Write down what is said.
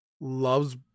loves